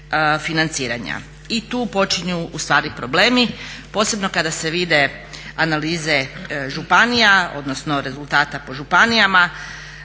i tu počinju u stvari problemi posebno kada se vide analize županija, odnosno rezultata po županijama.